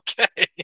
okay